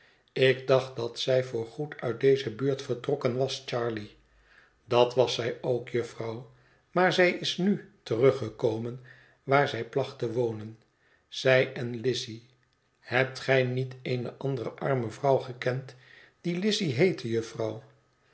ik dacht dat zij voor goed uit deze buurt vertrokken was charley dat was zij ook jufvrouw maar zij is nu teruggekomen waar zij placht te wonen zij en lizzy hebt gij niet eene andere arme vrouw gekend die lizzy heette jufvrouw